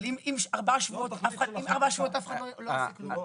אבל אם ארבע שעות אף אחד לא עושה כלום?